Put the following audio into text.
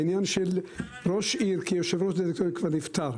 העניין של ראש עיר כיושב-ראש דירקטוריון כבר נפתר.